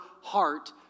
heart